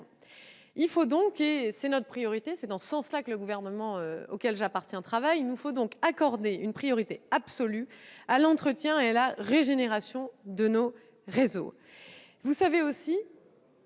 faut donc- c'est notre priorité, c'est dans ce sens que le Gouvernement auquel j'appartiens travaille -, accorder une priorité absolue à l'entretien et à la régénération de nos réseaux.